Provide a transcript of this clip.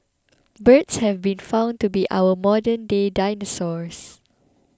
birds have been found to be our modernday dinosaurs